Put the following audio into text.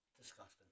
Disgusting